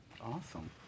Awesome